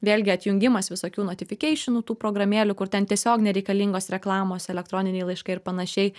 vėlgi atjungimas visokių notifikeišionų tų programėlių kur ten tiesiog nereikalingos reklamos elektroniniai laiškai ir panašiai